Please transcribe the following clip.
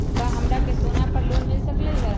का हमरा के सोना पर लोन मिल सकलई ह?